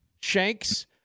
Shanks